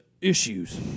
issues